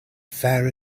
fair